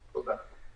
תודה.